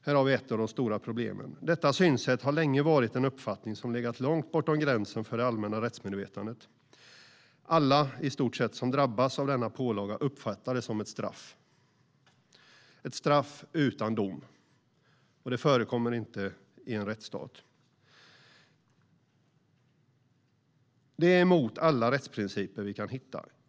Här har vi ett av de stora problemen. Detta synsätt har länge varit en uppfattning som legat långt bortom gränsen för det allmänna rättsmedvetandet. I stort sett alla som drabbas av denna pålaga uppfattar det som ett straff. Det är ett straff utan dom, och det förekommer inte i en rättsstat. Det är emot alla rättsprinciper vi kan hitta.